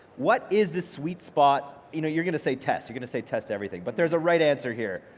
what is the sweet spot you know you're gonna say test, your gonna say test everything, but there's a right answer here.